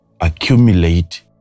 accumulate